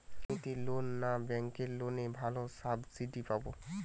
সমিতির লোন না ব্যাঙ্কের লোনে ভালো সাবসিডি পাব?